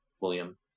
William